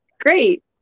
great